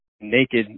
naked